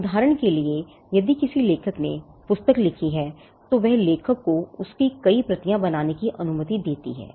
उदाहरण के लिए यदि किसी लेखक ने पुस्तक लिखी है तो वह लेखक को उसकी कई प्रतियाँ बनाने की अनुमति देती है